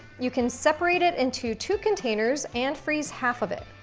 you can separate it into two containers and freeze half of it.